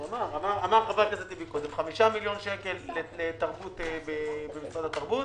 אמר חבר הכנסת טיבי קודם - 5 מיליון שקל לתרבות במשרד התרבות,